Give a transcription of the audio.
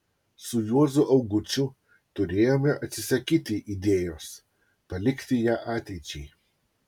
su juozu augučiu turėjome atsisakyti idėjos palikti ją ateičiai